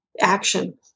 action